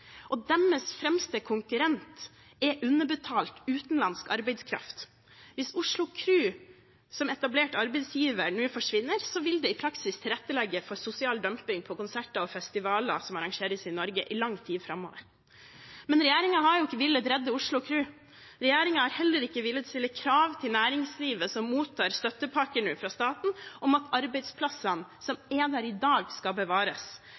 Deres fremste konkurrent er underbetalt utenlandsk arbeidskraft. Hvis Oslo Kru som etablert arbeidsgiver nå forsvinner, vil det i praksis tilrettelegge for sosial dumping på konserter og festivaler som arrangeres i Norge, i lang tid framover. Men regjeringen har jo ikke villet redde Oslo Kru. Regjeringen har heller ikke villet stille krav til næringslivet som nå mottar støttepakker fra staten, om at arbeidsplassene som er der i dag, skal bevares.